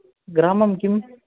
ग्रामं किम्